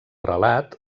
relat